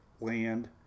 land